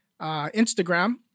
Instagram